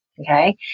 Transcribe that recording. Okay